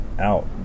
out